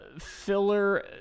Filler